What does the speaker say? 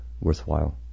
worthwhile